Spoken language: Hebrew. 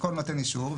לכל נותן אישור,